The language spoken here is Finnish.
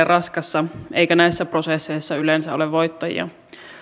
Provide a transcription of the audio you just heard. raskasta eikä näissä prosesseissa yleensä ole voittajia